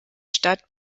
stadt